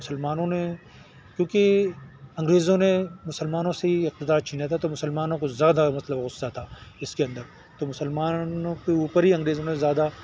مسلمانوں نے کیوںکہ انگریزوں نے مسلمانوں سے ہی اقتدار چھینا تھا تو مسلمانوں کو زیادہ مطلب غصہ تھا اس کے اندر تو مسلمانوں کے اوپر ہی انگریزوں نے زیادہ